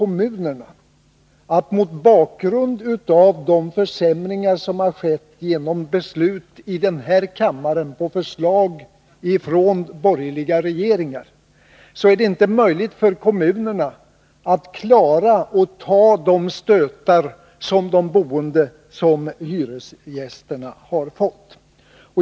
Mot bakgrund av de försämringar som har skett genom beslut i denna kammare på förslag från borgerliga regeringar är det inte möjligt för kommunerna att klara att ta de stötar som de boende och hyresgästerna har fått.